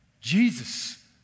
Jesus